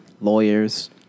lawyers